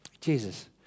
Jesus